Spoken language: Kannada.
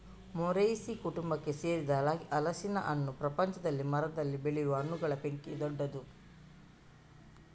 ಮೊರೇಸಿ ಕುಟುಂಬಕ್ಕೆ ಸೇರಿದ ಹಲಸಿನ ಹಣ್ಣು ಪ್ರಪಂಚದಲ್ಲಿ ಮರದಲ್ಲಿ ಬೆಳೆಯುವ ಹಣ್ಣುಗಳ ಪೈಕಿ ದೊಡ್ಡದು